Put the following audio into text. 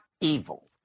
evil